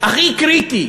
הכי קריטי,